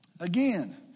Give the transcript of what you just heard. Again